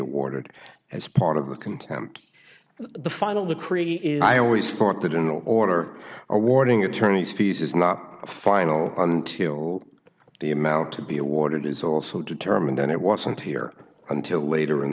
awarded as part of the contempt of the final decree i always thought that in order or awarding attorney's fees is not final until the amount to be awarded is also determined that it wasn't here until later in